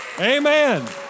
Amen